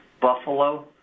Buffalo